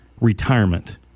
retirement